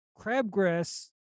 crabgrass